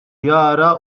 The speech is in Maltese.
jara